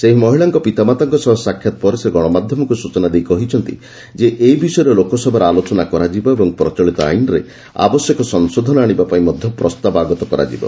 ସେହି ମହିଳାଙ୍କ ପିତାମାତାଙ୍କ ସହ ସାକ୍ଷାତ ପରେ ସେ ଗଣମାଧ୍ୟମକୁ ସ୍ତଚନା ଦେଇ କହିଛନ୍ତି ଯେ ଏ ବିଷୟରେ ଲୋକସଭାରେ ଆଲୋଚନା କରାଯିବ ଏବଂ ପ୍ଚଳିତ ଆଇନ୍ରେ ଆବଶ୍ୟକ ସଂଶୋଧନ ଆଣିବା ପାଇଁ ମଧ୍ୟ ପ୍ରସ୍ତାବ ଆଗତ କରାଯିବ